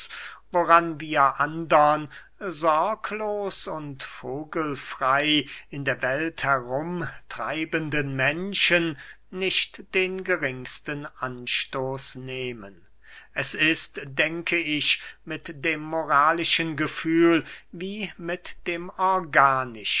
woran wir andern sorglos und vogelfrey in der welt herum treibenden menschen nicht den geringsten anstoß nehmen es ist denke ich mit dem moralischen gefühl wie mit dem organischen